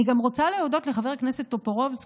אני גם רוצה להודות לחבר הכנסת טופורובסקי,